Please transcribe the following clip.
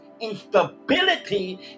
Instability